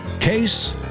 case